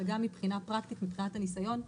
אבל גם מבחינה פרקטית, מבחינת הניסיון,